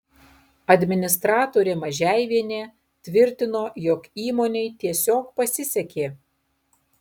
administratorė mažeivienė tvirtino jog įmonei tiesiog pasisekė